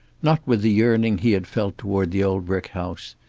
not with the yearning he had felt toward the old brick house,